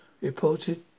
reported